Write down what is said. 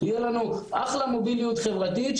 יהיה לנו אחלה מוביליות חברתית,